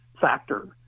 factor